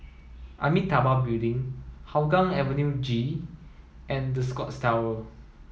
Amitabha Building Hougang Avenue G and The Scotts Tower